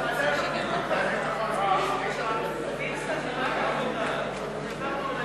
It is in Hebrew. איסור שידול קטין לצפייה בפרסום תועבה),